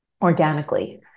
organically